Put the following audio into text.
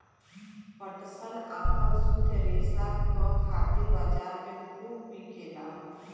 पटसन आपन शुद्ध रेसा क खातिर बजार में खूब बिकेला